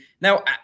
Now